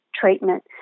treatment